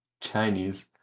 Chinese